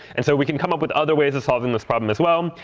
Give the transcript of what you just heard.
and so we can come up with other ways of solving this problem as well,